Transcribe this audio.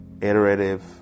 iterative